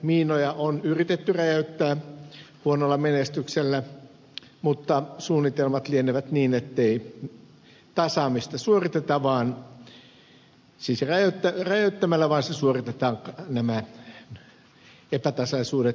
miinoja on yritetty räjäyttää huonolla menestyksellä mutta suunnitelmat lienevät ettei tasaamista siis suoriteta räjäyttämällä vaan täyttämällä nämä epätasaisuudet kalliomurskeella